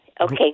Okay